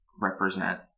represent